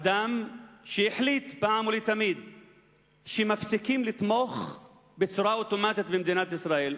אדם שהחליט פעם אחת ולתמיד שמפסיקים לתמוך בצורה אוטומטית במדינת ישראל.